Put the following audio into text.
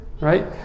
right